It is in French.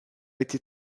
été